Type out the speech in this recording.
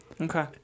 Okay